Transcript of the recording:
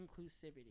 inclusivity